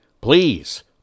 Please